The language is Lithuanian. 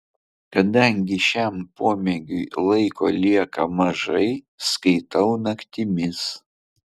kadangi šiam pomėgiui laiko lieka mažai skaitau naktimis